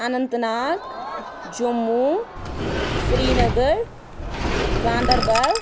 Anant Nag Jammu Srinagar Ganderbal